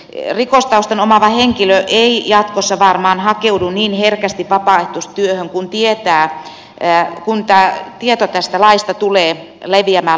rikostaustan omaava henkilö ei jatkossa varmaan hakeudu niin herkästi vapaaehtoistyöhön kun tieto tästä laista tulee leviämään laajemmalle